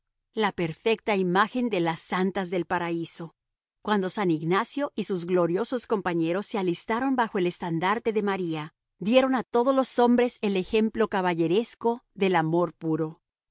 la perfecta imagen de las santas del paraíso cuando san ignacio y sus gloriosos compañeros se alistaron bajo el estandarte de maría dieron a todos los hombres el ejemplo caballeresco del amor puro